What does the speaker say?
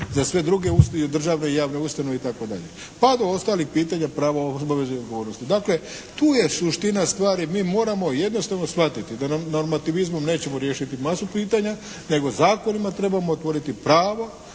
za sve druge državne i javne ustanove itd. pa do ostalih pitanja prava, obaveze i odgovornosti. Dakle, tu je suština stvari. Mi moramo jednostavno shvatiti da normativizmom nećemo riješiti masu pitanja nego zakonima trebamo otvoriti pravo